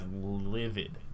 livid